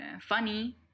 funny